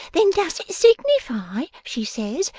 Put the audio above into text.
then does it signify, she says,